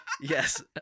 Yes